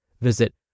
Visit